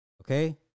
okay